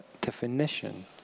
definition